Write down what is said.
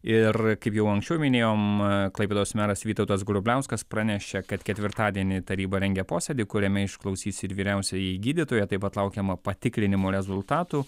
ir kaip jau anksčiau minėjom klaipėdos meras vytautas grubliauskas pranešė kad ketvirtadienį taryba rengia posėdį kuriame išklausys ir vyriausiąjį gydytoją taip pat laukiama patikrinimo rezultatų